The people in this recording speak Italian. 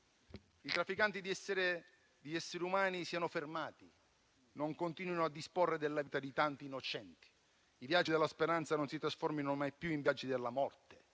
i trafficanti di esseri umani siano fermati, non continuino a disporre della vita di tanti innocenti; i viaggi della speranza non si trasformino mai più in viaggi della morte;